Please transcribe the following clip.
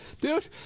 Dude